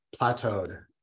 plateaued